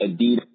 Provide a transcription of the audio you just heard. Adidas